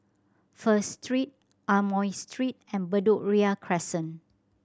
First Street Amoy Street and Bedok Ria Crescent